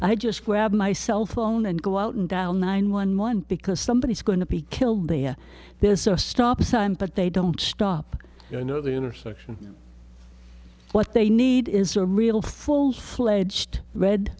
i just grab my cell phone and go out and dial nine one one because somebody is going to be killed there there's a stop sign but they don't stop the intersection what they need is a real full fledged red